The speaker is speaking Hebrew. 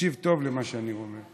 תקשיב טוב למה שאני אומר.